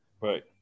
Right